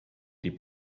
die